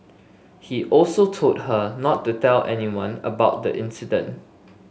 he also told her not to tell anyone about the incident